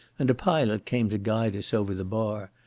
and a pilot came to guide us over the bar,